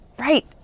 Right